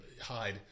hide